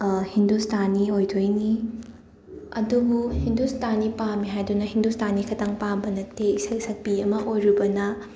ꯍꯤꯟꯗꯨꯁꯇꯥꯅꯤ ꯑꯣꯏꯗꯣꯏꯅꯤ ꯑꯗꯨꯕꯨ ꯍꯤꯟꯗꯨꯁꯇꯥꯅꯤ ꯄꯥꯝꯃꯦ ꯍꯥꯏꯗꯨꯅ ꯍꯤꯟꯗꯨꯁꯇꯥꯅꯤ ꯈꯛꯇꯪ ꯄꯥꯝꯕ ꯅꯠꯇꯦ ꯏꯁꯩ ꯁꯛꯄꯤ ꯑꯃ ꯑꯣꯏꯔꯨꯕꯅ